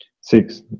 six